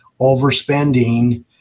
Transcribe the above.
overspending